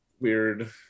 weird